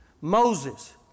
Moses